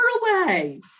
away